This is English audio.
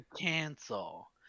cancel